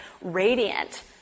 radiant